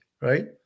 Right